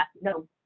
no